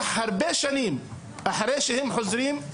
ואחרי שהם חוזרים,